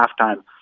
halftime